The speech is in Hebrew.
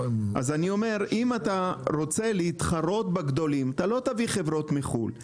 אז אני אומר אם אתה רוצה להתחרות בגדולים אתה לא תביא חברות מחו"ל,